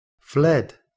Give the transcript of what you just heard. fled